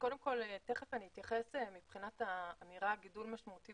אני תיכף אתייחס לאמירה "גידול משמעותי